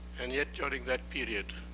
and yet, during that period,